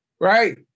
right